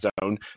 zone